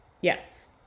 Yes